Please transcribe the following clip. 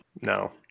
No